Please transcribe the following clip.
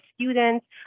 students